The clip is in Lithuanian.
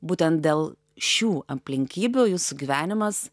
būtent dėl šių aplinkybių jūsų gyvenimas